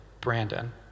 Brandon